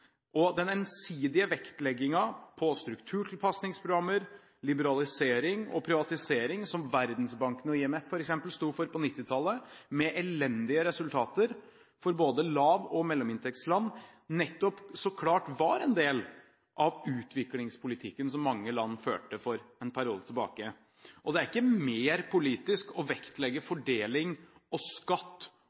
og den ensidige vektleggingen på strukturtilpasningsprogrammer, liberalisering og privatisering – som Verdensbanken og IMF, f.eks., stod for på 1990-tallet, med elendige resultater for både lav- og mellominntektsland – nettopp så klart var en del av utviklingspolitikken som mange land førte for en periode tilbake. Det er ikke mer politisk å vektlegge fordeling, skatt, likestilling og